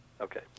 Okay